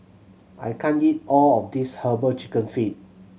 I can't eat all of this Herbal Chicken Feet